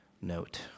note